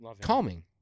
calming